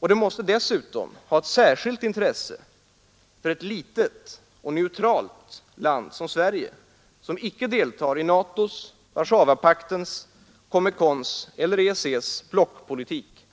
Och det måste dessutom ha ett särskilt intresse för ett litet och neutralt land som Sverige, som icke deltar i NATO:s, Warszawapaktens, COMECON:s eller EEC:s blockpolitik,